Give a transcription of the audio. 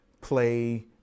play